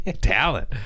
Talent